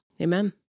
amen